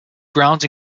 grounds